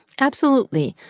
absolutely.